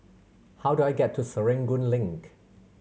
how do I get to Serangoon Link